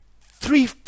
three